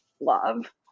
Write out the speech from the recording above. love